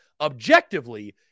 objectively